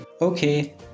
Okay